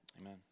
amen